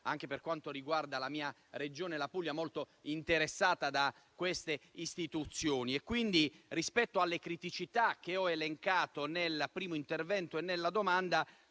anche per quanto riguarda la mia Regione, la Puglia, molto interessata da queste istituzioni. Rispetto alle criticità che ho elencato nel primo intervento e nella domanda